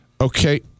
Okay